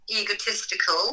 egotistical